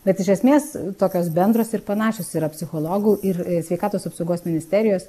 bet iš esmės tokios bendros ir panašios yra psichologų ir sveikatos apsaugos ministerijos